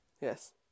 Yes